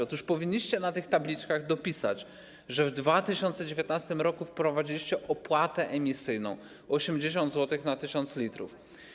Otóż powinniście na tych tabliczkach dopisać, że w 2019 r. wprowadziliście opłatę emisyjną - 80 zł na 1000 l.